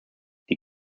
die